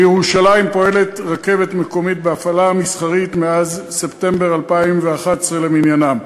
בירושלים פועלת רכבת מקומית בהפעלה מסחרית מאז ספטמבר 2011 למניינם.